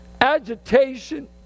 agitation